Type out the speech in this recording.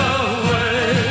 away